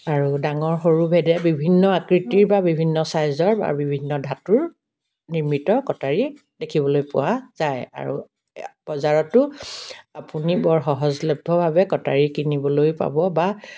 আৰু ডাঙৰ সৰু ভেদে বিভিন্ন আকৃতিৰ বা বিভিন্ন ছাইজৰ বা বিভিন্ন ধাতুৰ নিৰ্মিত কটাৰী দেখিবলৈ পোৱা যায় আৰু বজাৰতো আপুনি বৰ সহজলভ্যভাৱে কটাৰী কিনিবলৈ পাব বা